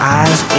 eyes